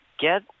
get